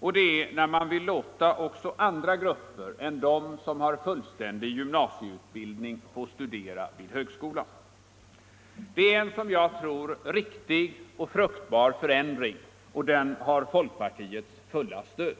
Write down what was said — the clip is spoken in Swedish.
och det är när man vill låta också andra grupper än de som har fullständig gymnasieutbildning få studera vid högskolan. Det är en som jag tror riktig och fruktbar förändring, och den har folkpartiets fulla stöd.